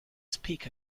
speak